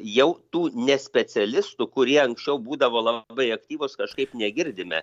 jau tų ne specialistų kurie anksčiau būdavo labai aktyvūs kažkaip negirdime